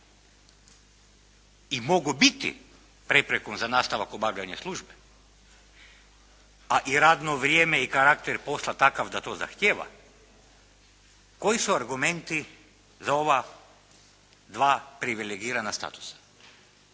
i mogu biti preprekom za nastavak obavljanja službe. A i radno vrijeme i karakter posla je takav da to zahtijeva. Koji su argumenti za ova dva privilegirana statusa?